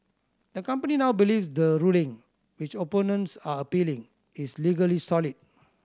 the company now believes the ruling which opponents are appealing is legally solid